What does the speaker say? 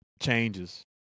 changes